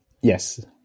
Yes